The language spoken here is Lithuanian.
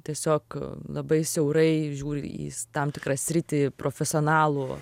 tiesiog labai siaurai žiūri į tam tikrą sritį profesionalų